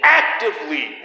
actively